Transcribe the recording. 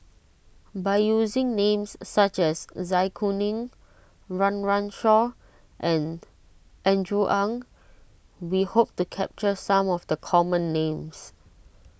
by using names such as Zai Kuning Run Run Shaw and Andrew Ang we hoped capture some of the common names